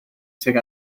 tuag